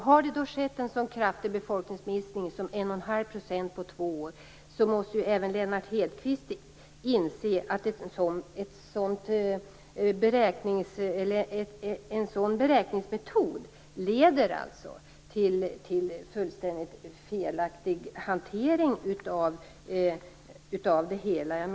Har det då skett en så kraftig befolkningsminskning som 1 1⁄2 % på två år, måste även Lennart Hedquist inse att en sådan beräkningsmetod leder till en fullständigt felaktig hantering av det hela.